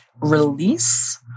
release